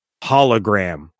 hologram